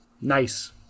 nice